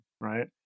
right